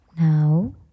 Now